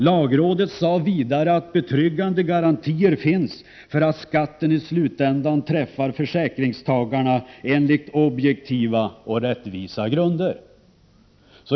Lagrådet sade vidare att betryggande garantier finns för att skatten till slut avkrävs försäkringstagarna på objektiva och rättvisa grunder.